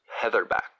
heatherback